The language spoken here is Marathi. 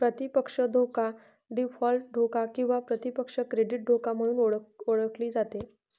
प्रतिपक्ष धोका डीफॉल्ट धोका किंवा प्रतिपक्ष क्रेडिट धोका म्हणून ओळखली जाते